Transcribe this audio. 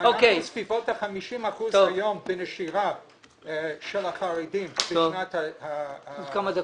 אומרים שבסביבות ה-50 אחוזים היום בנשירה של החרדים בשנת המכינה,